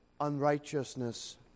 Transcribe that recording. unrighteousness